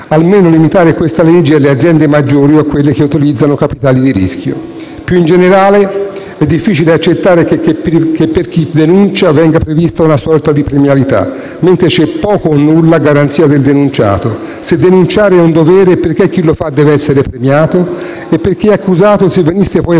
almeno limitarne l'applicabilità alle aziende maggiori o a quelle che utilizzano capitali di rischio. Più in generale, è difficile accettare che per chi denuncia venga prevista una sorta di premialità, mentre c'è poco o nulla a garanzia del denunciato. Se denunciare è un dovere, perché chi lo fa deve essere premiato? E per chi è accusato, se venisse poi prosciolto,